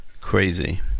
crazy